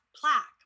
plaque